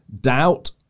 doubt